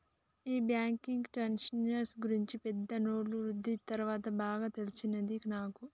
ఈ బ్యాంకు ట్రాన్సాక్షన్ల గూర్చి పెద్ద నోట్లు రద్దీ తర్వాత బాగా తెలిసొచ్చినది నాకు